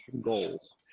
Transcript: goals